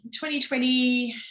2020